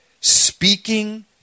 speaking